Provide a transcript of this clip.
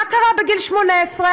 מה קרה בגיל 18?